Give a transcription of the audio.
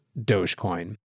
Dogecoin